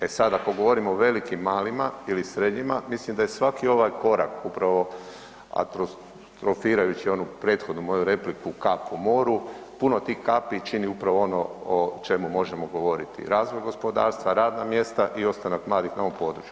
E sad ako govorimo o velikim i malima ili srednjima, mislim da je svaki ovaj korak upravo apostrofirajući onu prethodnu moju repliku „kap u moru“, puno tih kapi čini upravo ono o čemu možemo govoriti, razvoj gospodarstva, radna mjesta i ostanak mladih na ovom području.